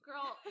Girl